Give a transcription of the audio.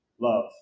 love